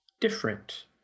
different